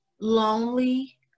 lonely